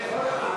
למה?